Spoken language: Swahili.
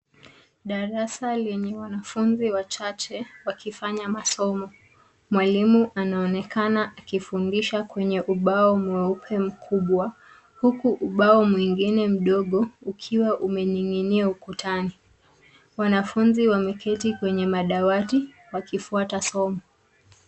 Darasa lenye wanafunzi wachache wakifanya masomo. Mwalimu anaonekana akifundisha kwenye ubao mweupe mkubwa huku ubao mwingine mdogo ukiwa umening'inia ukutani. Wanafunzi wameketi kwenye madawati wakifuata somo.